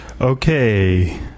okay